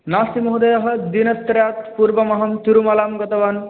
नास्ति महोदयः दिनत्रयात् पूर्वमहं तिरुमलां गतवान्